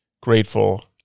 grateful